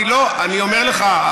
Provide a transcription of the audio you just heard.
אני אומר לך,